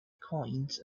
coins